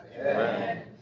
Amen